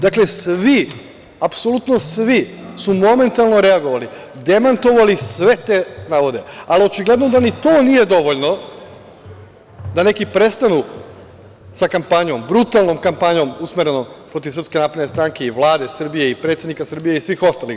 Dakle, svi, apsolutno svi su momentalno reagovali, demantovali sve te navode, ali očigledno da ni to nije dovoljno da neki prestanu sa kampanjom, brutalnom kampanjom usmerenom protiv SNS i Vlade Srbije i predsednika Srbije i svih ostalih.